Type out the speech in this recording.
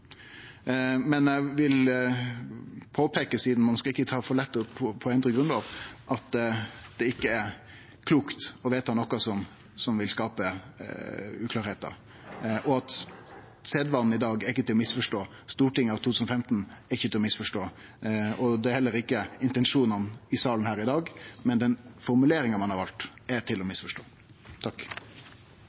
sidan ein ikkje skal ta for lett på å endre Grunnloven, vil eg påpeike at det ikkje er klokt å vedta noko som vil skape uklarleikar. Sedvanen i dag er ikkje til å misforstå, Stortinget av 2015 er ikkje til å misforstå, og det er heller ikkje intensjonane i salen her i dag, men den formuleringa ein har valt, er til å misforstå. Stor takk